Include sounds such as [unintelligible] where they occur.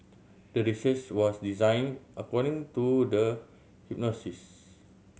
the research was designed according to the [unintelligible]